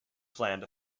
planned